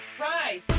Rise